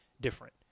different